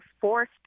forced